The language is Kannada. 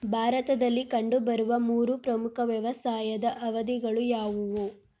ಭಾರತದಲ್ಲಿ ಕಂಡುಬರುವ ಮೂರು ಪ್ರಮುಖ ವ್ಯವಸಾಯದ ಅವಧಿಗಳು ಯಾವುವು?